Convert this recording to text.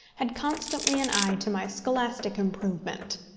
had constantly an eye to my scholastic improvement.